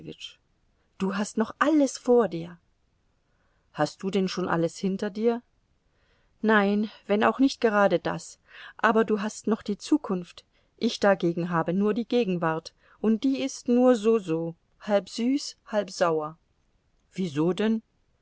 du hast noch alles vor dir hast du denn schon alles hinter dir nein wenn auch nicht gerade das aber du hast noch die zukunft ich dagegen habe nur die gegenwart und die ist nur soso halb süß halb sauer wieso denn